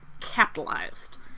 capitalized